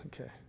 okay